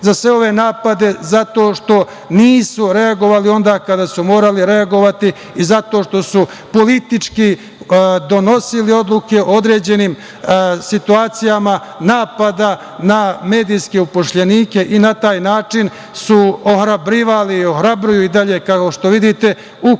za sve ove napade zato što nisu reagovali onda kada su morali reagovati i zato što su politički donosili odluke o određenim situacijama napada na medijske upošljenike i na taj način su ohrabrivali i ohrabruju i dalje, kao što vidite. U